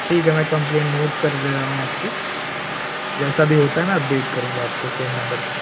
ठीक है मैं कंप्लेन नोट कर ले रहा हूँ आपकी जैसा भी होता है मैं अपडेट करूँगा आपको सेम नंबर पे